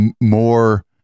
more